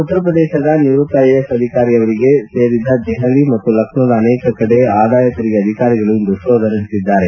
ಉತ್ತರ ಪ್ರದೇಶದ ನಿವೃತ್ತ ಐಎಎಸ್ ಅಧಿಕಾರಿ ಅವರಿಗೆ ಸೇರಿದ ದೆಹಲಿ ಮತ್ತು ಲಕ್ನೋದ ಅನೇಕ ಕಡೆ ಆದಾಯ ತೆರಿಗೆ ಅಧಿಕಾರಿಗಳು ಇಂದು ಶೋಧ ನಡೆಸಿದ್ದಾರೆ